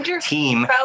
team